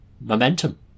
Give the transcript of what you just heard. momentum